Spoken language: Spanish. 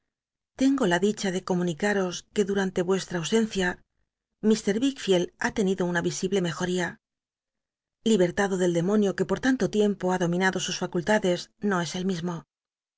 tengo la dicha de comunicaros que duran te vuestra ausencia mr vickfield ha tenido una isiblc mejoría libertado del demonio que por tanto t iempo ha dominado sus facultades no es el mismo